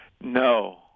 No